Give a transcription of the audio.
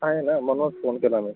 आहे ना म्हणूनच फोन केला मी